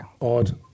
Odd